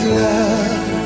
love